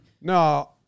No